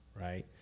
right